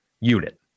unit